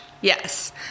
Yes